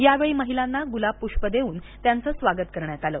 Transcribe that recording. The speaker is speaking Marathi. या वेळी महिलांना गुलाब पृष्प देऊन त्यांच स्वागत करण्यात आले